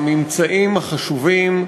הממצאים החשובים,